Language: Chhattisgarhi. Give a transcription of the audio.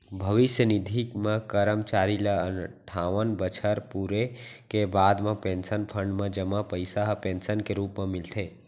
भविस्य निधि म करमचारी ल अनठावन बछर पूरे के बाद म पेंसन फंड म जमा पइसा ह पेंसन के रूप म मिलथे